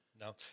No